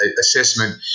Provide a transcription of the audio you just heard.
assessment